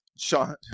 Sean